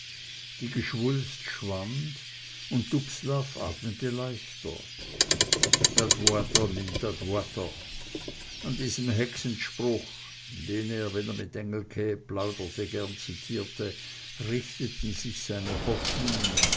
die geschwulst schwand und dubslav atmete leichter dat woater nimmt dat woater an diesem hexenspruch den er wenn er mit engelke plauderte gern zitierte richteten sich seine hoffnungen